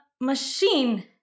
machine